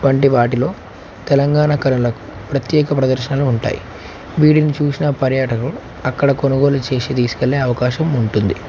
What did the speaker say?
వంటి వాటిలో తెలంగాణ కళలకు ప్రత్యేక ప్రదర్శనలు ఉంటాయి వీటిని చూసిన పర్యాటకులు అక్కడ కొనుగోలు చేసి తీసుకెళ్ళలే అవకాశం ఉంటుంది